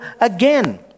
again